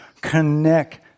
connect